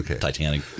Titanic